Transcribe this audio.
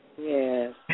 Yes